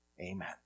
Amen